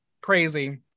crazy